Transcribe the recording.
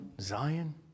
Zion